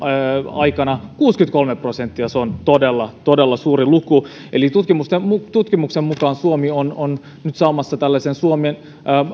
aikana kuusikymmentäkolme prosenttia se on todella todella suuri luku eli tutkimuksen tutkimuksen mukaan suomi on on nyt saamassa tällaisen